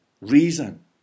reason